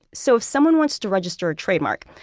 so if someone wants to register a trademark,